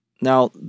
Now